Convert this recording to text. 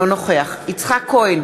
אינו נוכח יצחק כהן,